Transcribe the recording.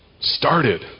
started